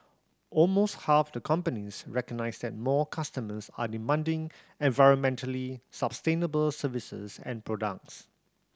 almost half the companies recognise that more customers are demanding environmentally sustainable services and products